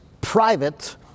private